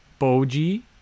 Boji